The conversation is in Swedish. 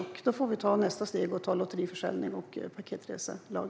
Nu får vi ta nästa steg och ta fram en lag om lotteriförsäljning och paketresor.